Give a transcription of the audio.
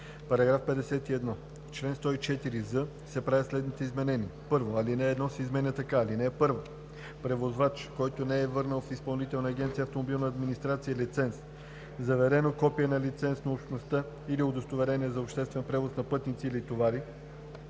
§ 51: „§ 51. В чл. 104з се правят следните изменения: 1. Алинея 1 се изменя така: „(1) Превозвач, който не е върнал в Изпълнителна агенция „Автомобилна администрация“ лиценз, заверено копие на лиценз на Общността или удостоверение за обществен превоз на пътници или товари